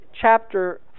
chapter